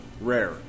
rare